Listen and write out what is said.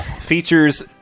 features